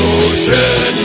ocean